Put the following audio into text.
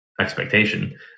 Expectation